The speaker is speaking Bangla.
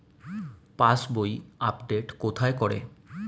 পাসবই আপডেট কোথায় করে?